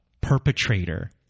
perpetrator